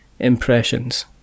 Impressions